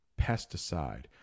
Pesticide